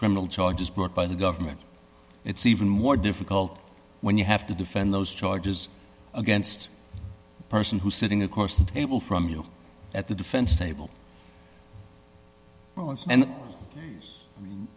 criminal charges brought by the government it's even more difficult when you have to defend those charges against a person who's sitting across the table from you at the defense table well and